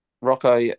Rocco